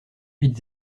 huit